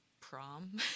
Prom